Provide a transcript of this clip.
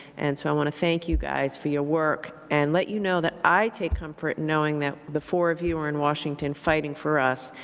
and so i want to thank you guys for your work and let you know that i take comfort knowing that the four of you are in washington fighting for us.